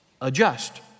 adjust